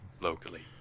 locally